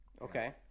Okay